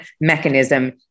mechanism